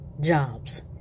jobs